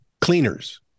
Cleaners